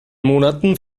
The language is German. monaten